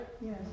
Yes